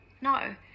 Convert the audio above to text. No